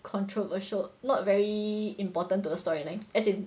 controversial not very important to a storyline as in